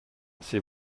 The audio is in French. c’est